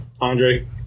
Andre